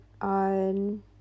on